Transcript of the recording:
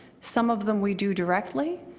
some of them we do directly.